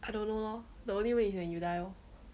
I don't know loh the only way is when you die loh